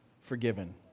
forgiven